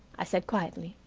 i said quietly,